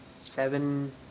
seven